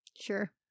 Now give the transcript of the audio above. Sure